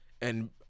and-